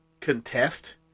contest